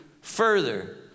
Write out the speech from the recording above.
further